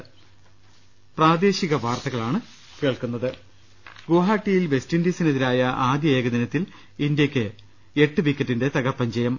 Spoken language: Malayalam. ്്്്്്്് ഗുവാഹട്ടിയിൽ വെസ്റ്റിൻഡീസിനെതിരായ ആദ്യ ഏകദിനത്തിൽ ഇന്ത്യക്ക് എട്ടു വിക്കറ്റിന്റെ തകർപ്പൻ ജയം